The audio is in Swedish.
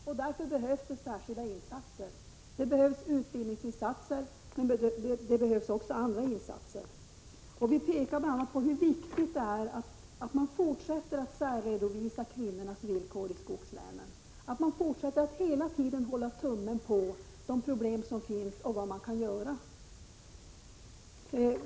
För detta behövs särskilda insatser — både utbildningsinsatser och andra insatser. Vi framhåller bl.a. hur viktigt det är att man fortsätter att särredovisa kvinnornas villkor i skogslänen, att man fortsätter att hela tiden hålla tummen på de problem som finns och vad man kan göra för att lösa dem.